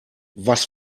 was